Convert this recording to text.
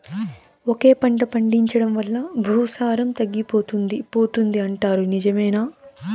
ఒకే పంట పండించడం వల్ల భూసారం తగ్గిపోతుంది పోతుంది అంటారు నిజమేనా